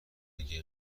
اگه